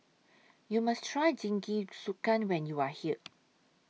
YOU must Try Jingisukan when YOU Are here